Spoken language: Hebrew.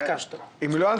אם לא,